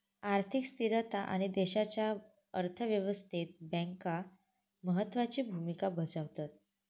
आर्थिक स्थिरता आणि देशाच्या अर्थ व्यवस्थेत बँका महत्त्वाची भूमिका बजावतत